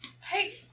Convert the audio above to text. Hey